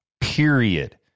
Period